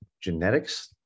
genetics